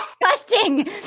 disgusting